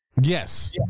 Yes